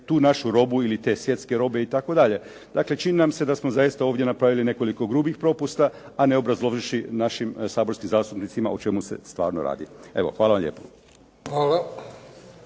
tu našu robu ili te svjetske robe itd. Dakle, čini nam se da smo tu napravili nekoliko grubih propusta a ne obrazloživši našim saborskim zastupnicima o čemu se stvarno radi. Hvala vam lijepo.